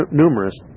numerous